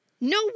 No